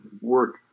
work